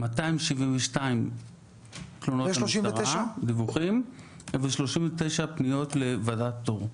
272 דיווחים למשטרה ו-39 פניות לוועדת פטור.